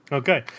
okay